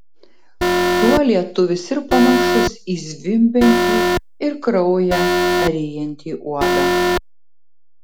tuo lietuvis ir panašus į zvimbiantį ir kraują ryjantį uodą